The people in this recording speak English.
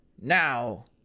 Now